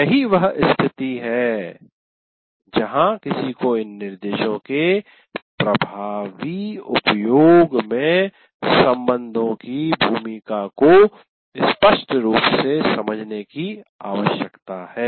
यही वह स्थिति है जहां किसी को इन निर्देशों के प्रभावी उपयोग में संबंधों की भूमिका को स्पष्ट रूप से समझने की आवश्यकता है